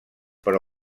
però